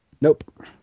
nope